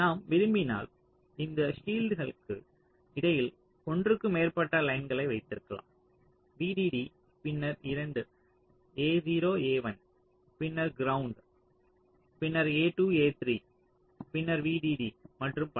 நாம் விரும்பினால் இந்த ஷீல்டுகளுக்கு இடையில் ஒன்றுக்கு மேற்பட்ட லைன்களை வைத்திருக்கலாம் VDD பின்னர் 2 a0 a1 பின்னர் கிரௌண்ட் பின்னர் a2 a3 பின்னர் VDD மற்றும் பல